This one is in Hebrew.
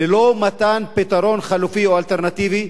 ללא מתן פתרון חלופי או אלטרנטיבי,